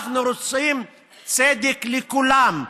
אנחנו רוצים צדק לכולם,